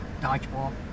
dodgeball